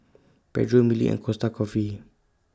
Pedro Mili and Costa Coffee